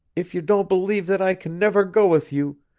if you don't believe that i can never go with you,